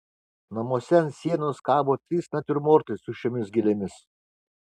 namuose ant sienos kabo trys natiurmortai su šiomis gėlėmis